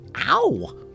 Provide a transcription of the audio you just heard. Ow